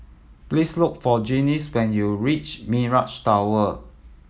please look for Gaines when you reach Mirage Tower